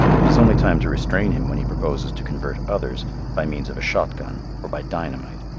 it is only time to restrain him when he proposes to convert others by means of a shotgun or by dynamite,